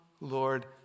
Lord